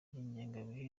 n’ingengabihe